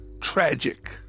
tragic